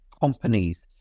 companies